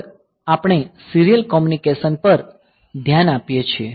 આગળ આપણે serial communication પર ધ્યાન આપીએ છીએ